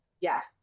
Yes